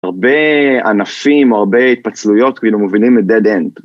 הרבה ענפים, הרבה התפצלויות, כאילו, מובילים ל-dead end.